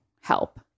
help